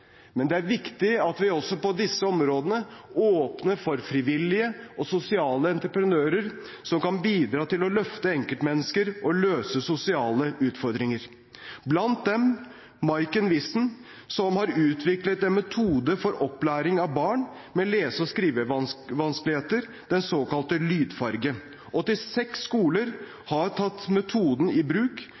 men det er viktig at vi også på disse områdene åpner for frivillige og sosiale entreprenører som kan bidra til å løfte enkeltmennesker og løse sosiale utfordringer. Blant dem er Maaike Visser, som har utviklet en metode for opplæring av barn med lese- og skrivevanskeligheter, den såkalte Lydfarge. 86 skoler har tatt metoden i bruk.